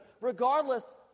regardless